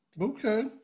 Okay